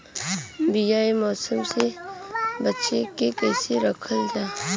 बीया ए मौसम में बचा के कइसे रखल जा?